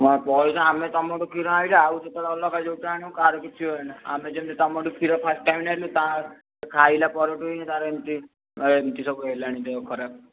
ହଁ ପଇସା ଆମେ ତମଠୁ କ୍ଷୀର ଆଣିଲୁ ଆଉ ଯେତେବେଳେ ଅଲଗା ଯୋଉଠୁ ଆଣୁ କାହାର କିଛି ହୁଏନି ଆମେ ଯେମିତି ତମଠୁ କ୍ଷୀର ଫାର୍ଷ୍ଟ ଟାଇମ୍ ନେଲୁ ତା ଖାଇଲା ପରଠୁ ହିଁ ତା'ର ଏମ୍ତି ଏମ୍ତି ସବୁ ହେଲାଣି ଦେହ ଖରାପ